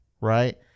right